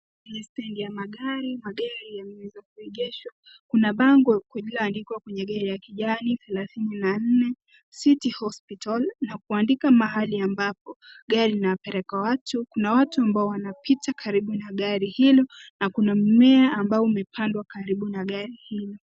kwenye stendi ya Magari. Magari yameweza kuegeshwa na bango ulioandikwa kwenye gari ya Kijani la thelathini na nne la city hospital kuandika Mahali ambapo gari inapeleka watu ambao wanapita na gari hilo kuna mimea ambayo umepandwa karibu na gari hilo.